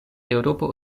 eŭropo